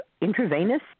intravenous